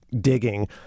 digging